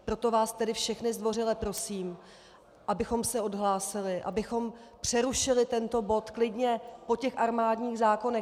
Proto vás tedy všechny zdvořile prosím, abychom se odhlásili, abychom přerušili tento bod klidně po těch armádních zákonech.